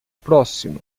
próximo